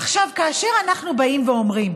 עכשיו, כאשר אנחנו באים ואומרים